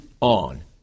on